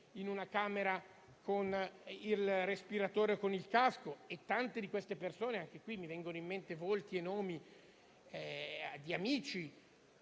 in una camera con il respiratore o con il casco dell'ossigeno. Anche qui, mi vengono in mente volti e nomi di amici,